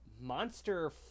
Monster